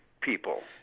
people